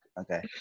Okay